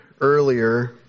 earlier